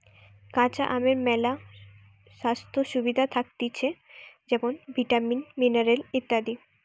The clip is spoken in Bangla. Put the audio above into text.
কাঁচা আমের মেলা স্বাস্থ্য সুবিধা থাকতিছে যেমন ভিটামিন, মিনারেল ইত্যাদি